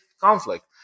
conflict